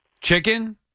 Chicken